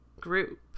group